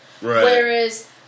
Whereas